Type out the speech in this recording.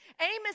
Amos